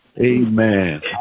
Amen